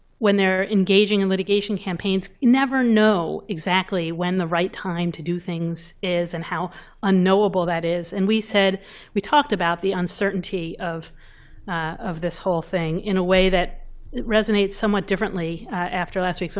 when they're engaging in litigation campaigns, never know exactly when the time to do things is, and how unknowable that is. and we said we talked about the uncertainty of of this whole thing in a way that resonates somewhat differently after last week. so